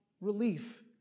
relief